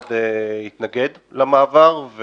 הוועד התנגד למעבר.